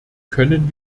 können